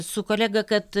su kolega kad